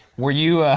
were you, ah.